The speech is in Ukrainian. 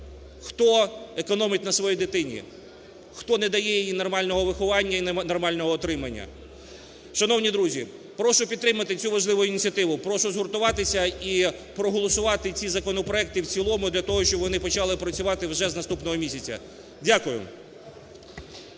хто економить на своїй дитині, хто не дає їй нормального виховання і нормального утримання. Шановні друзі, прошу підтримати цю важливу ініціативу. Прошу згуртуватися і проголосувати ці законопроекти в цілому для того, щоб вони почали працювати вже з наступного місяця. Дякую.